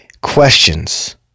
Questions